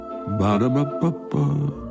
Ba-da-ba-ba-ba